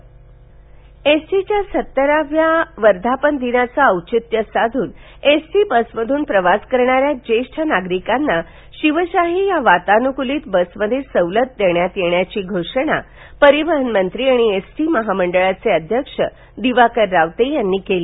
ST सवलत एसटीच्या सत्तराव्या वर्धापन दिनाचे औचित्य साध्रन एसटी बसमध्रन प्रवास करणाऱ्या ज्येष्ठ नागरिकांना शिवशाही या वातानुकुलित बसमध्ये सवलत देण्यात येत असल्याची घोषणा परिवहनमंत्री आणि एसटी महामंडळाचे अध्यक्ष दिवाकर रावते यांनी केली